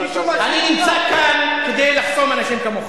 נמצא כאן כדי לחסום אנשים כמוך.